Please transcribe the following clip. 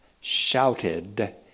shouted